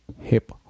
Hip